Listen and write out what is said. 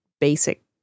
basic